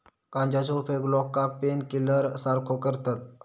गांजाचो उपयोग लोका पेनकिलर सारखो करतत